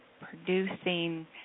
producing